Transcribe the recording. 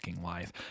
life